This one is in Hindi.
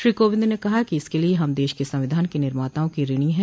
श्री कोविंद ने कहा कि इसके लिए हम देश के संविधान के निर्माताओं के ऋणी हैं